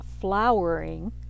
flowering